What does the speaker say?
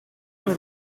een